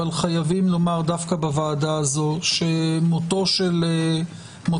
אבל חייבים לומר דווקא בוועדה הזו שמותה של עיתונאית